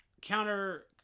counter